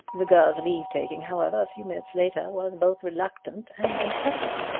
the girl's leavetaking, however, a few minutes later, was both reluctant and impressive.